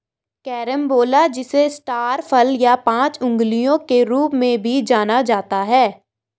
carambola जिसे star फल या पांच अंगुलियों के रूप में भी जाना जाता है